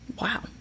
Wow